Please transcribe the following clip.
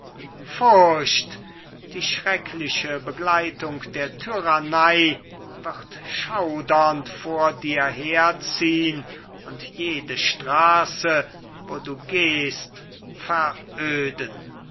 furcht die schreckliche begleitung der tyrannei wird schaudernd vor dir herziehn und jede straße wo du gehst veröden